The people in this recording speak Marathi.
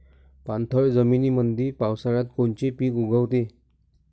पाणथळ जमीनीमंदी पावसाळ्यात कोनचे पिक उगवते?